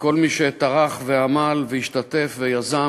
לכל מי שטרח ועמל והשתתף ויזם,